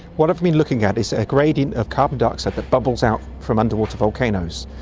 what i've been looking at is a gradient of carbon dioxide that bubbles out from underwater volcanoes.